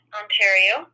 ontario